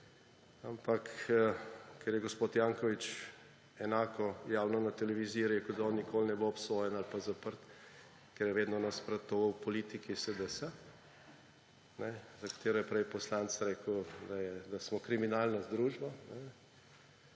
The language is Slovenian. ampak ker je gospod Janković enako javno na televiziji rekel, da on nikoli ne bo obsojen ali pa zaprt, ker je vedno nasprotoval politiki SDS, za katero je prej poslanec rekel, da smo kriminalna združba,